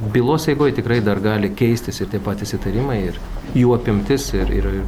bylos eigoj tikrai dar gali keistis ir tie patys įtarimai ir jų apimtis ir ir